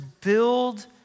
build